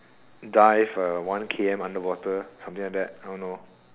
dive uh one K_M underwater something like that I don't know